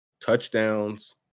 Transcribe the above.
touchdowns